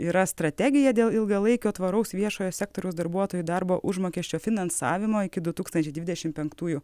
yra strategija dėl ilgalaikio tvaraus viešojo sektoriaus darbuotojų darbo užmokesčio finansavimo iki du tūkstančiai dvidešimt penktųjų